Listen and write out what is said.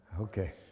Okay